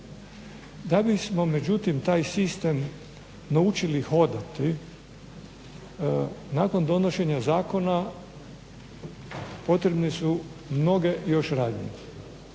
Da bismo međutim taj sistem naučili hodati, nakon donošenja zakona potrebne su mnoge još radnje